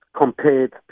compared